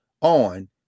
on